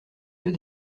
que